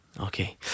Okay